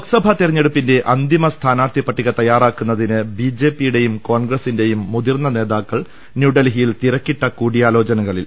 ലോക്സഭാ തെരെഞ്ഞെടുപ്പിന്റെ അന്തിമ സ്ഥാനാർത്ഥി പട്ടിക തയ്യാറാ ക്കുന്നതിന് ബിജെപിയുടെയും കോൺഗ്രസിന്റെയും മുതിർന്ന നേതാക്കൾ ന്യൂഡൽഹിയിൽ തിരക്കിട്ട കൂടിയാലോചനകളിൽ